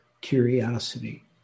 curiosity